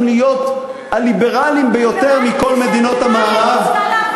להיות הליברליים ביותר מכל מדינות המערב,